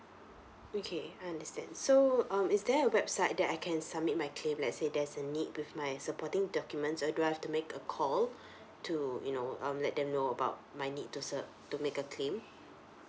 okay I understand so um is there a website that I can submit my claim let's say there's a need with my supporting documents or do I have to make a call to you know um let them know about my need to ser~ to make a claim